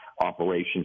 operations